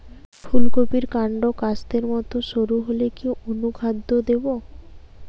ফুলকপির কান্ড কাস্তের মত সরু হলে কি অনুখাদ্য দেবো?